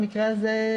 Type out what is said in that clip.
במקרה הזה,